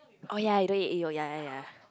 oh ya you don't eat egg yolk yea yea yea